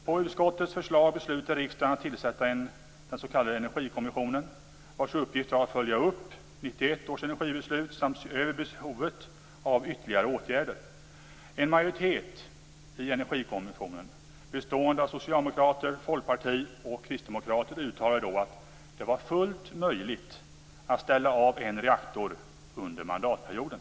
På utskottets förslag beslutade riksdagen att tillsätta den s.k. Energikommissionen, vars uppgift var att följa upp 1991 års energibeslut samt se över behovet av ytterligare åtgärder. En majoritet i Energikommissionen, bestående av socialdemokrater, folkpartister och kristdemokrater, uttalade att det var fullt möjligt att ställa av en reaktor under mandatperioden.